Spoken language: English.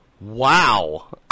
Wow